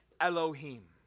Elohim